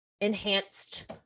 enhanced